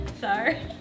Sorry